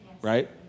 Right